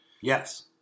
Yes